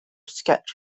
sketch